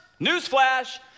newsflash